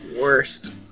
Worst